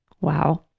Wow